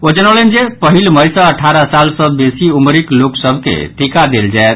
ओ जनौलनि जे पहिल मई सँ अठारह साल सँ बेसी उमरिक सभ लोक के टीका देल जायत